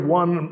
one